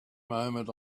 moment